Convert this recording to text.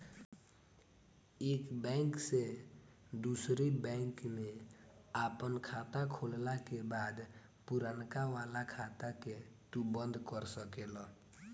एक बैंक से दूसरी बैंक में आपन खाता खोलला के बाद पुरनका वाला खाता के तू बंद कर सकेला